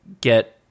get